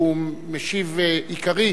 שהוא משיב עיקרי,